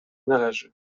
należy